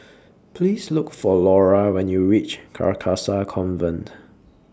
Please Look For Laura when YOU REACH Carcasa Convent